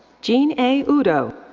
jean a. udo.